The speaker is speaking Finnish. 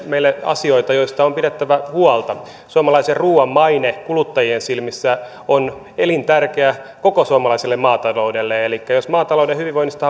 meille asioita joista on pidettävä huolta suomalaisen ruuan maine kuluttajien silmissä on elintärkeä koko suomalaiselle maataloudelle elikkä jos maatalouden hyvinvoinnista